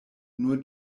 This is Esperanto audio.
nur